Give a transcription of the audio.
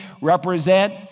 represent